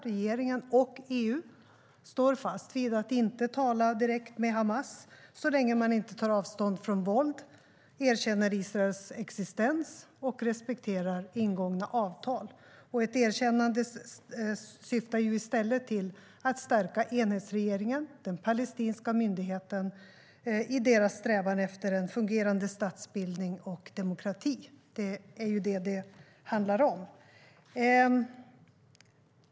Regeringen och EU står fast vid att inte tala direkt med Hamas så länge man inte tar avstånd från våld, erkänner Israels existens och respekterar ingångna avtal. Ett erkännande syftar i stället till att stärka enhetsregeringen, Palestinska myndigheten, i dess strävan efter en fungerande statsbildning och demokrati. Det är ju detta det handlar om.